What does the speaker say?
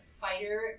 fighter